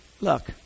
Look